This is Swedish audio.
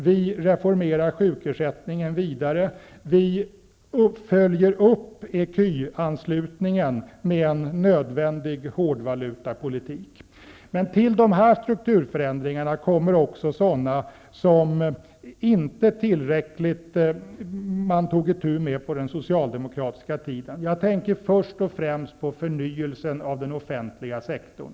Vidare reformerar vi sjukersättningen. Vi följer upp ecu-anslutningen med en nödvändig hårdvalutapolitik. Till dessa strukturförändringar kommer också sådana som man inte tillräckligt tog itu med på den socialdemokratiska tiden. Jag tänker först och främst på förnyelsen av den offentliga sektorn.